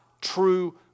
true